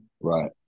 Right